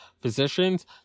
physicians